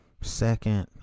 second